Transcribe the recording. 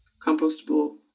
compostable